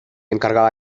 encargaba